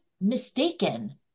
mistaken